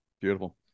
beautiful